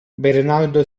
bernardo